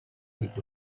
rid